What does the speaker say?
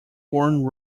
thorn